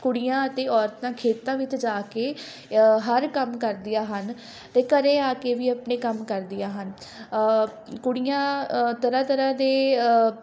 ਕੁੜੀਆਂ ਅਤੇ ਔਰਤਾਂ ਖੇਤਾਂ ਵਿੱਚ ਜਾ ਕੇ ਹਰ ਕੰਮ ਕਰਦੀਆਂ ਹਨ ਅਤੇ ਘਰ ਆ ਕੇ ਵੀ ਆਪਣੇ ਕੰਮ ਕਰਦੀਆਂ ਹਨ ਕੁੜੀਆਂ ਤਰ੍ਹਾਂ ਤਰ੍ਹਾਂ ਦੇ